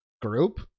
group